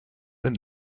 and